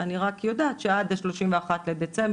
אני רק יודעת שעד ה-31 בדצמבר,